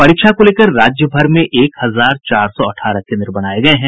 परीक्षा को लेकर राज्यभर में एक हजार चार सौ अठारह कोन्द्र बनाये गये हैं